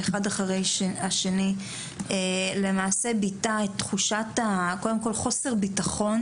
שאחד אחרי השני למעשה ביטאו את תחושת קודם כל חוסר בטחון,